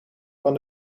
van